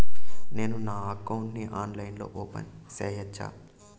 నేను నా అకౌంట్ ని ఆన్లైన్ లో ఓపెన్ సేయొచ్చా?